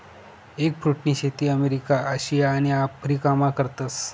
एगफ्रुटनी शेती अमेरिका, आशिया आणि आफरीकामा करतस